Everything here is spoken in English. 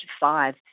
five